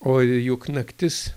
o juk naktis